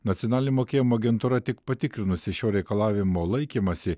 nacionalinė mokėjimo agentūra tik patikrinusi šio reikalavimo laikymąsi